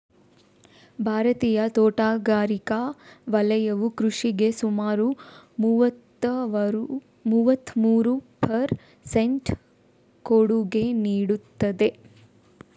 ಭಾರತೀಯ ತೋಟಗಾರಿಕಾ ವಲಯವು ಕೃಷಿಗೆ ಸುಮಾರು ಮೂವತ್ತಮೂರು ಪರ್ ಸೆಂಟ್ ಕೊಡುಗೆ ನೀಡುತ್ತದೆ